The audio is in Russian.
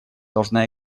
должна